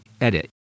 edit